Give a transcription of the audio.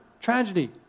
tragedy